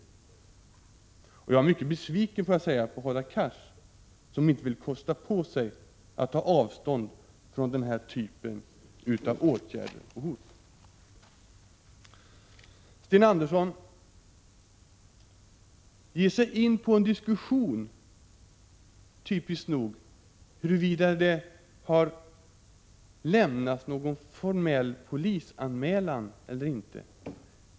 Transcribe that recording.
Jag måste säga att jag är mycket besviken på Hadar Cars, som inte vill kosta på sig att ta avstånd från den här typen av åtgärder och hot. Sten Andersson i Malmö ger sig, typiskt nog, in på en diskussion huruvida det har ingivits någon formell polisanmälan eller inte.